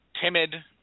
timid